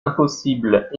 impossible